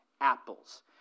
apples